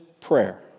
prayer